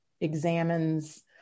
examines